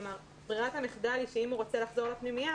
כלומר ברירת המחדל היא שאם הוא רוצה לחזור לפנימייה